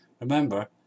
Remember